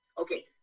okay